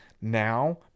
now